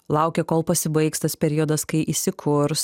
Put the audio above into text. laukia kol pasibaigs tas periodas kai įsikurs